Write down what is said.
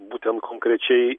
būtent konkrečiai